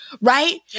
right